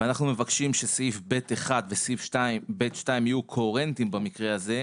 ואנחנו מבקשים שסעיף (ב)(1) וסעיף (ב)(2) יהיו קוהרנטיים במקרה הזה,